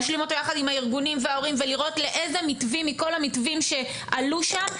יחד עם הארגונים וההורים לאיזה מתווים מכל המתווים שעלו שם,